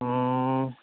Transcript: ଉଁ